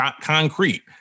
concrete